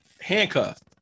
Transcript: handcuffed